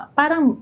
parang